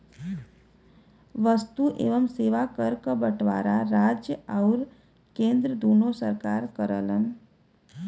वस्तु एवं सेवा कर क बंटवारा राज्य आउर केंद्र दूने सरकार करलन